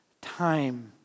time